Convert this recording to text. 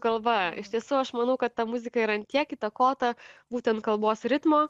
kalba iš tiesų aš manau kad ta muzika yra ant tiek įtakota būtent kalbos ritmo